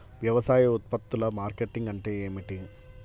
వ్యవసాయ ఉత్పత్తుల మార్కెటింగ్ అంటే ఏమిటి?